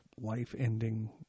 life-ending